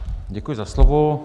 Děkuji za slovo.